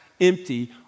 empty